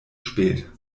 spät